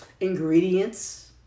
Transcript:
ingredients